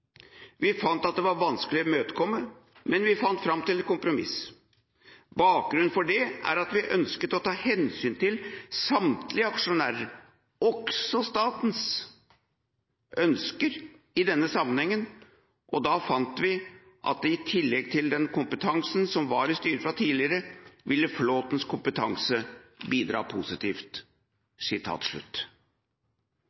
Vi fant at det var vanskelig å imøtekomme, men kom fram til et kompromiss. Bakgrunnen for det er at vi ønsket å ta hensyn til samtlige aksjonærers, også statens, ønsker i denne sammenhengen, og da fant vi at i tillegg til den kompetansen som var i styret fra tidligere, ville Flåthens kompetanse bidra positivt.»